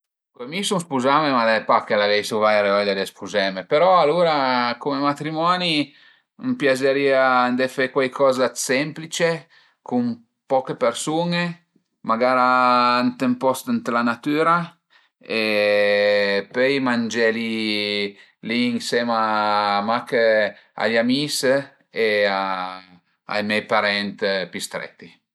Mi sun spuzame, ma al e pa che l'aveisu vaire vöia dë spuzeme però alura cume matrimoni a më piazerìa andé fe cuaicoza dë semplice cun poche persun-e, magara ënt ën post ën la natüra e pöi mangé li li ënsema mach a i amis e a i me parent pi stretti